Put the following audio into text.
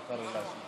כנסת נכבדה,